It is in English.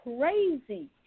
crazy